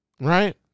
right